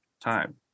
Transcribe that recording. time